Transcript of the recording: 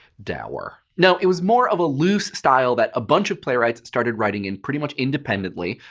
dour. no, it was more of a loose style that a bunch of playwrights started writing in pretty much independently.